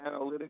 analytics